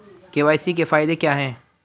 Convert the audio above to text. KYC के फायदे क्या है?